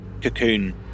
cocoon